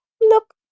Look